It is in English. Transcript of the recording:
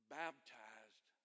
baptized